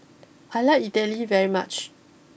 I like Idili very much